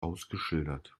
ausgeschildert